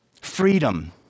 freedom